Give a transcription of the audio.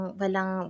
walang